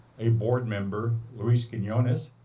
a board member louis quinones.